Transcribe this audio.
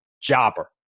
Jobber